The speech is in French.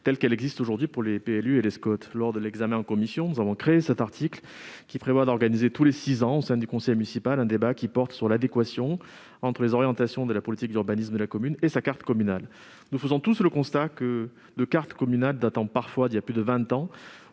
bilan, telle qu'elle existe aujourd'hui pour les PLU et les SCoT. Lors de l'examen en commission, nous avons introduit cet article pour organiser tous les six ans, au sein du conseil municipal, un débat portant sur l'adéquation entre les orientations de la politique d'urbanisme de la commune et sa carte communale. Nous constatons tous que certaines cartes communales datent parfois de plus de vingt